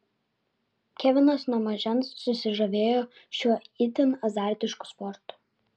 kevinas nuo mažens susižavėjo šiuo itin azartišku sportu